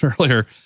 earlier